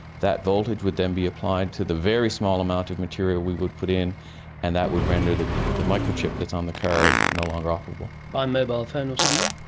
that voltage would then be applied to the very small amount of material we would put in and that would render the the microchip that's on the card no longer operable. by mobile phone or something?